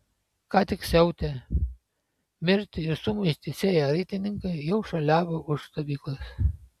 ką tik siautę mirtį ir sumaištį sėję raitininkai jau šuoliavo už stovyklos